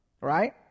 Right